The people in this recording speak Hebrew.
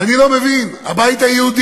ואני לא מבין: הבית היהודי,